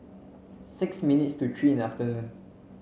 six minutes to three in the afternoon